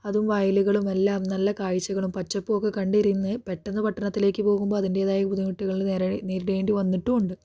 അതും വയലുകളും എല്ലാം നല്ല കാഴ്ചകളും പച്ചപ്പുമൊക്കെ കണ്ടിരുന്നു പെട്ടന്ന് പട്ടണത്തിലേക്ക് പോകുമ്പോൾ അതിൻ്റെതായ ബുദ്ധിമുട്ടുകൾ നേര നേരിടേണ്ടി വന്നിട്ടുമുണ്ട്